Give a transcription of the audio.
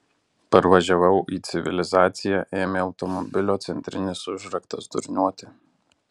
parvažiavau į civilizaciją ėmė automobilio centrinis užraktas durniuoti